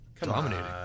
Dominating